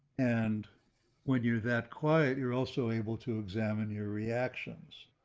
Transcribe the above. and when you're that quiet, you're also able to examine your reactions,